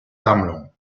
sammlung